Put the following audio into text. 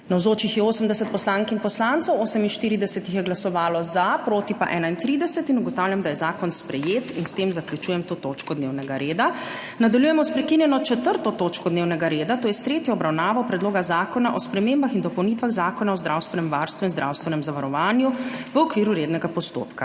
Navzočih je 80 poslank in poslancev, za je glasovalo 48, proti 31. (Za je glasovalo 48.) (Proti 31.) Ugotavljam, da je zakon sprejet. In s tem zaključujem to točko dnevnega reda. Nadaljujemo s prekinjeno 4. točko dnevnega reda - tretja obravnava Predloga zakona o spremembah in dopolnitvah Zakona o zdravstvenem varstvu in zdravstvenem zavarovanju, v okviru rednega postopka.